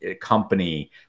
company